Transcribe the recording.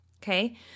Okay